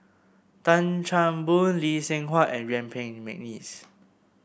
Tan Chan Boon Lee Seng Huat and Yuen Peng McNeice